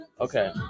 Okay